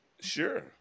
Sure